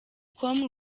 com